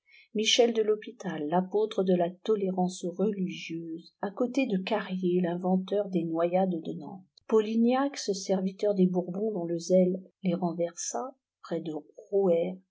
michel de l'hôpital l'apôtre de la tolérance religieuse à côté de carrier l'inventeur des noyades de nantes polignac ce serviteur des bourbons dont le zèle les renversa près de rouher